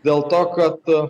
dėl to kad